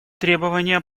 требования